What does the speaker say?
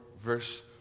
verse